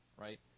right